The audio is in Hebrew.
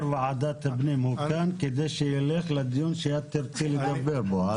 ועדת הפנים הוא כאן כדי שילך לדיון שאת תרצי לדבר בו.